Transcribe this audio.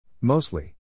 Mostly